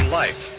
life